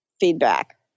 feedback